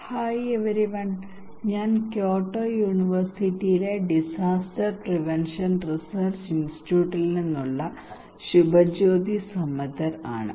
hi everyone ഞാൻ Kyoto യൂണിവേഴ്സിറ്റിയിലെ disaster prevention research ഇൻസ്റ്റിറ്റ്യൂട്ടിൽ നിന്നുള്ള ശുഭജ്യോതി സമദ്ദർ ആണ്